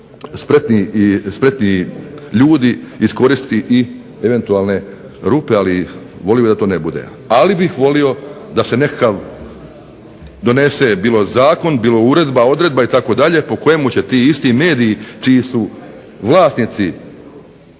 spretni ljudi iskoristiti i eventualne rupe, ali volio bih da to ne bude. Ali bih volio da se nekakav donese bilo zakon, bilo uredba, odredba itd., po kojemu će ti isti mediji čiji su vlasnici